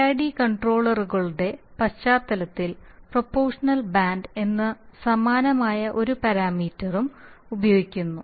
PID കൺട്രോളറുകളുടെ പശ്ചാത്തലത്തിൽ proportional band എന്ന സമാനമായ ഒരു പാരാമീറ്ററും ഉപയോഗിക്കുന്നു